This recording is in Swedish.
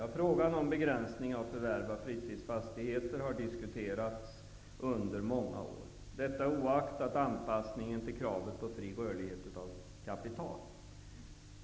Frågan om begränsning av förvärv av fritidsfastigheter har diskuterats under många år, detta oaktat anpassningen till kravet på fri rörlighet för kapital.